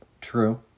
True